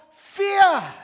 Fear